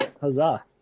Huzzah